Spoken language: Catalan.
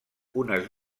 unes